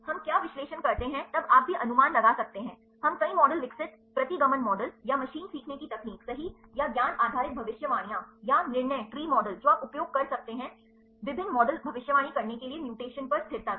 हम क्या विश्लेषण करते हैं तब आप भी अनुमान लगा सकते हैं हम कई मॉडलविकसित प्रतिगमन मॉडल या मशीन सीखने की तकनीक सही या ज्ञान आधारित भविष्यवाणियां या निर्णय ट्री मॉडल जो आप उपयोग कर सकते हैंकर सकते हैं विभिन्न मॉडलभविष्यवाणी करने के लिए म्यूटेशन पर स्थिरता की